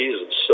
Jesus